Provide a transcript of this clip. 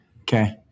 Okay